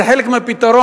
זה חלק מפתרון,